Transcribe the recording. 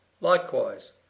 Likewise